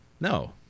No